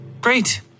Great